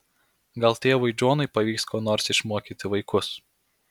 gal tėvui džonui pavyks ko nors išmokyti vaikus